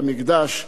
תודה רבה, אדוני.